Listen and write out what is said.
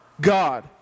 God